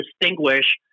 distinguish